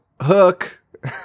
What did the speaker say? Hook